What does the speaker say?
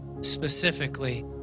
specifically